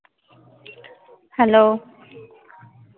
hello